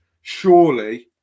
Surely